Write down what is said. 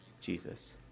Jesus